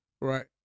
right